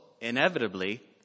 inevitably